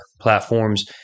platforms